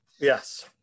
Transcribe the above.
Yes